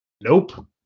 Nope